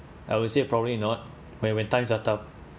I would say probably not when when times are tough